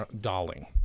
darling